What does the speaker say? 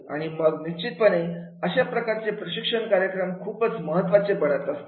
आणि मग निश्चितपणे अशा प्रकारचे प्रशिक्षण कार्यक्रम खूपच महत्त्वाचे बनत असतात